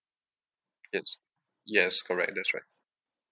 yes yes correct that's right